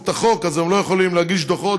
את החוק אז הן לא יכולות להגיש דוחות,